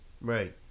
right